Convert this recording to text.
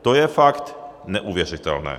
To je fakt neuvěřitelné.